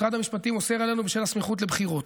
משרד המשפטים אוסר עלינו בשל הסמיכות לבחירות.